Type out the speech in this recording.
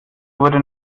wurde